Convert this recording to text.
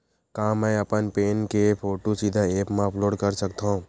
का मैं अपन पैन के फोटू सीधा ऐप मा अपलोड कर सकथव?